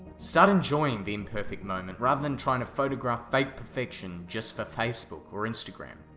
start enjoying the imperfect moment, rather than trying to photograph fake perfection just for facebook or instagram.